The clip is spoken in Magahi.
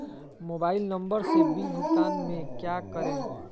मोबाइल नंबर से बिल भुगतान में क्या करें?